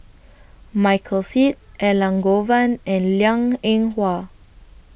Michael Seet Elangovan and Liang Eng Hwa